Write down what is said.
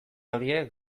horiek